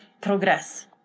progress